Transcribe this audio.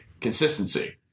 Consistency